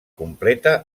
completa